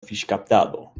fiŝkaptado